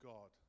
God